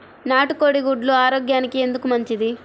నాటు కోడి గుడ్లు ఆరోగ్యానికి ఎందుకు మంచిది?